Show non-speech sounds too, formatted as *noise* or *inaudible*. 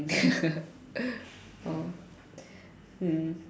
*laughs* oh hmm